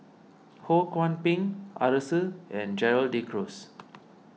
Ho Kwon Ping Arasu and Gerald De Cruz